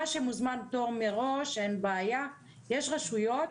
מה שמוזמן תור מראש אין בעיה, יש רשויות